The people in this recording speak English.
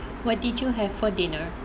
what did you have for dinner